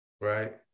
Right